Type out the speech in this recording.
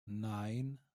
nine